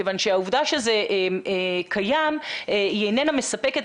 כיוון שהעובדה שזה קיים היא איננה מספקת,